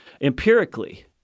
empirically